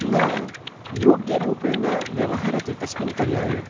न योग्यरूपेण व्यवहरति तस्मिन् पर्याये